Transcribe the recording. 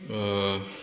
ओ